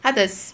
他的